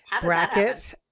bracket